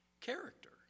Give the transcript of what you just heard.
character